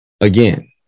again